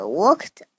walked